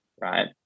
right